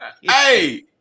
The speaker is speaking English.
Hey